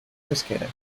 pesquera